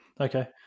Okay